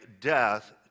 death